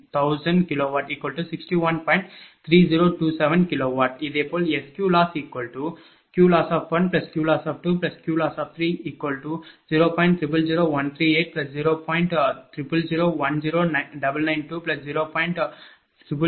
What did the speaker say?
இதேபோல் SQLossQLoss1QLoss2QLoss30